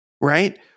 right